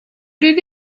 did